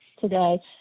today